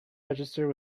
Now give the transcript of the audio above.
registered